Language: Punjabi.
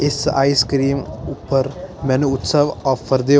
ਇਸ ਆਈਸਕਰੀਮ ਉੱਪਰ ਮੈਨੂੰ ਉਤਸਵ ਆਫ਼ਰ ਦਿਓ